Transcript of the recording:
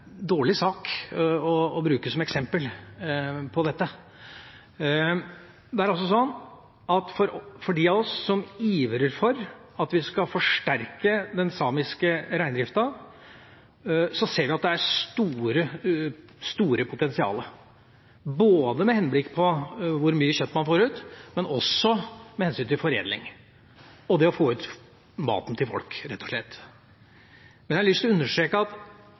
dårlig sak å bruke som eksempel på dette. Det er altså sånn at for de av oss som ivrer for at vi skal forsterke den samiske reindriften, ser vi at det er et stort potensial, både med henblikk på hvor mye kjøtt man får ut, og med henblikk på foredling og det å få ut maten til folk, rett og slett. Men jeg har lyst til å understreke at